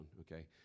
okay